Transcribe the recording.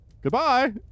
Goodbye